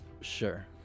Sure